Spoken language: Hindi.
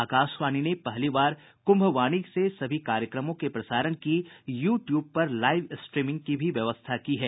आकाशवाणी ने पहली बार कुम्भवाणी से सभी कार्यक्रमों के प्रसारण की यू ट्यूब पर लाइव स्ट्रीमिंग की भी व्यवस्था की है